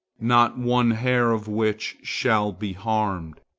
not one hair of which shall be harmed.